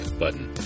button